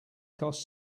cost